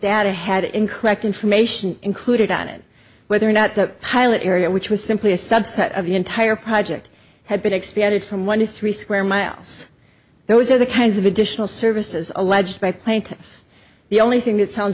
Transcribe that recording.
built atta had increased information included on it whether or not the pilot area which was simply a subset of the entire project had been expanded from one to three square miles those are the kinds of additional services alleged by plaintiff the only thing that sounds